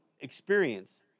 experience